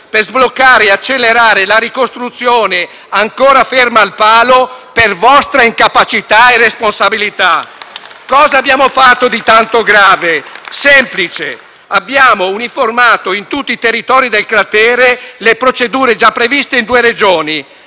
per sbloccare e accelerare la ricostruzione ancora ferma al palo per vostra incapacità e responsabilità. (Applausi dai Gruppi L- SP-PSd’Az e M5S). Cosa abbiamo fatto di tanto grave? Semplice, abbiamo uniformato in tutti i territori del cratere le procedure già previste in due Regioni.